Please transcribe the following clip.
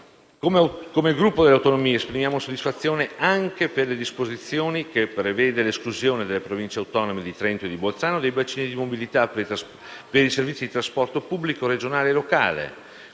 Come Gruppo per le Autonomie esprimiamo soddisfazione anche per la disposizione che prevede l'esclusione delle Province autonome di Trento e Bolzano dai bacini di mobilità per i servizi di trasporto pubblico regionale e locale.